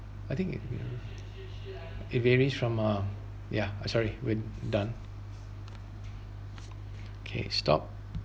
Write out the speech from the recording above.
I think it it varies from uh yeah uh sorry we've done okay stop